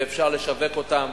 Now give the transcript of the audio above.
שאפשר לשווק אותן,